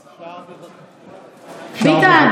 ביטן,